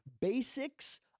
basics